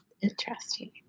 Interesting